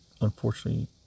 unfortunately